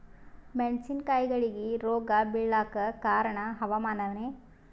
ಮೆಣಸಿನ ಕಾಯಿಗಳಿಗಿ ರೋಗ ಬಿಳಲಾಕ ಕಾರಣ ಹವಾಮಾನನೇ?